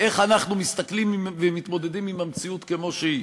איך אנחנו מסתכלים ומתמודדים עם המציאות כמו שהיא,